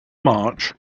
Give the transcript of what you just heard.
march